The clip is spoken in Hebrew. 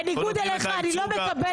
את מקבלת אחוז --- בניגוד אליך אני לא מקבלת